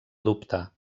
adoptar